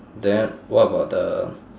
then what about the